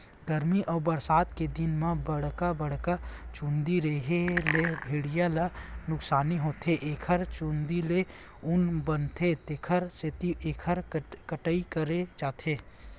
गरमी अउ बरसा के दिन म बड़का बड़का चूंदी रेहे ले भेड़िया ल नुकसानी होथे एखर चूंदी ले ऊन बनथे तेखर सेती एखर कटई करे जाथे